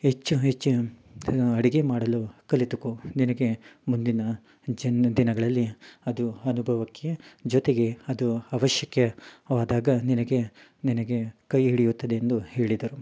ಹೆಚ್ಚು ಹೆಚ್ಚು ಅಡುಗೆ ಮಾಡಲು ಕಲಿತುಕೋ ನಿನಗೆ ಮುಂದಿನ ಜನ ದಿನಗಳಲ್ಲಿ ಅದು ಅನುಭವಕ್ಕೆ ಜೊತೆಗೆ ಅದು ಅವಶ್ಯಕ ಆದಾಗ ನಿನಗೆ ನಿನಗೆ ಕೈ ಹಿಡಿಯುತ್ತದೆ ಎಂದು ಹೇಳಿದರು